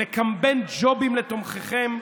לקמבן ג'ובים לתומכיכם,